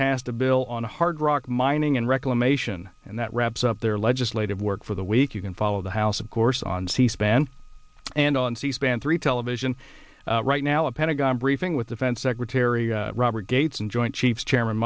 passed a bill on hard rock mining and reclamation and that wraps up their legislative work for the week you can follow the house of course on c span and on c span three television right now a pentagon briefing with defense secretary robert gates and joint chiefs chairman